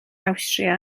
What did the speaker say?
awstria